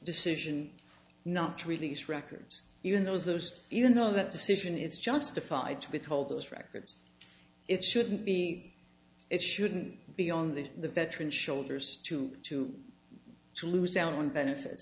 decision not to release records even though those even though that decision is justified to withhold those records it shouldn't be it shouldn't be on the the veteran shoulders to to to lose out on benefits